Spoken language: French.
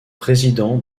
président